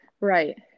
right